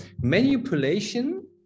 manipulation